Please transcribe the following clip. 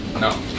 No